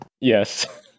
Yes